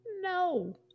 no